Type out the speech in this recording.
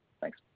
Thanks